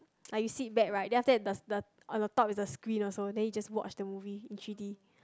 like you sit back right then after that the the on the top is the screen also then you just watch the movie in three D